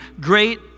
great